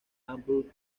álbum